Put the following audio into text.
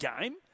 game